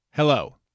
Hello